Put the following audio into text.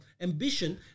ambition